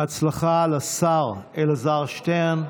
(חותם על ההצהרה) בהצלחה לשר אלעזר שטרן.